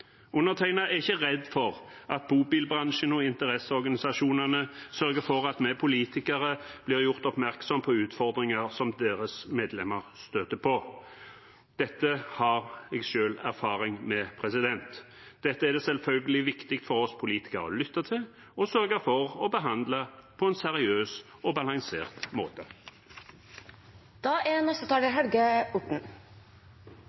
er ikke redd for at bobilbransjen og interesseorganisasjonene sørger for at vi politikere blir gjort oppmerksom på utfordringer som deres medlemmer støter på. Dette har jeg selv erfaring med. Dette er det selvfølgelig viktig for oss politikere å lytte til og å sørge for å behandle på en seriøs og balansert måte. Det er